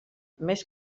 més